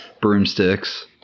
broomsticks